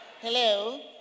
Hello